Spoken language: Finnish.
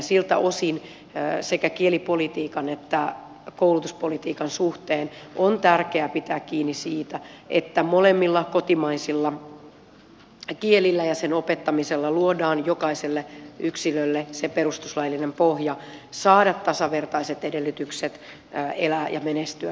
siltä osin sekä kielipolitiikan että koulutuspolitiikan suhteen on tärkeää pitää kiinni siitä että molemmilla kotimaisilla kielillä ja niiden opettamisella luodaan jokaiselle yksilölle se perustuslaillinen pohja saada tasavertaiset edellytykset elää ja menestyä suomessa